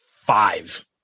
five